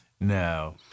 No